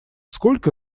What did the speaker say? cтолько